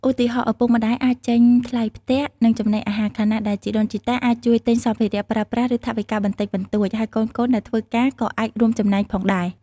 ឧទាហរណ៍ ឪពុកម្តាយអាចចេញថ្លៃផ្ទះ និងចំណីអាហារ ខណៈដែលជីដូនជីតាអាចជួយទិញសម្ភារៈប្រើប្រាស់ ឬថវិកាបន្តិចបន្តួច ហើយកូនៗដែលធ្វើការក៏អាចរួមចំណែកផងដែរ។